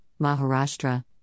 Maharashtra